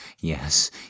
yes